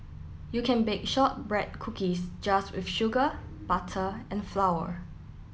you can bake shortbread cookies just with sugar butter and flour